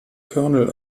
kernel